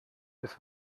des